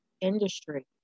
industry